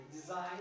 design